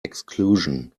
exclusion